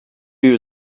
you